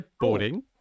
boarding